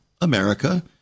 America